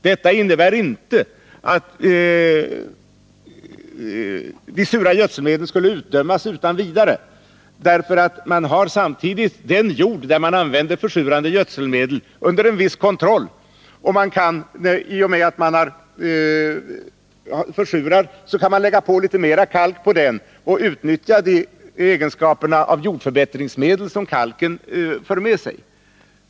Detta innebär inte att de sura gödselmedlen behöver utdömas utan vidare. Man har samtidigt den jord där man använder försurande gödselmedel under en viss kontroll. Man kan när man har försurat jorden lägga kalk på den och därmed också utnyttja denna egenskap som jordförbättringsmedel.